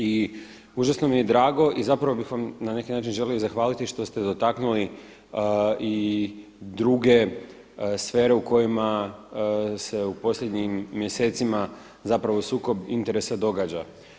I užasno mi je drago i zapravo bih vam na neki način želio i zahvaliti što ste eotaknuli i druge sfere u kojima se u posljednjim mjesecima zapravo sukob interesa događa.